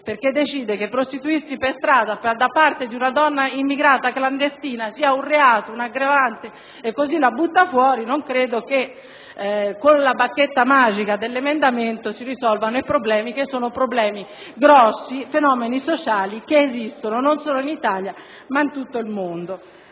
lei ha deciso che prostituirsi per strada da parte di una donna immigrata clandestina è un reato, un aggravante e così la può espellere; io invece non credo che con la bacchetta magica dell'emendamento si risolvano grossi problemi, fenomeni sociali esistenti non solo in Italia ma in tutto il mondo.